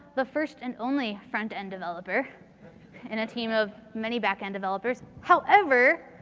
the first and only frontend developer in team of many backend developers. however,